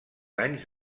anys